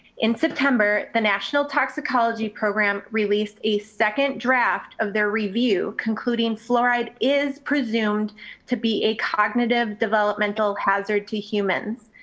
in september, the national toxicology program released a second draft of their review concluding fluoride is presumed to be a cognitive developmental hazard to humans.